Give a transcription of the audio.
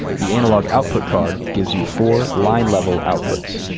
the analog output card gives you four line level outputs.